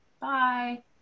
Bye